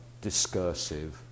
discursive